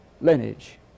lineage